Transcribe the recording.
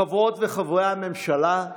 חברות וחברי הממשלה,